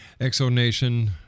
ExoNation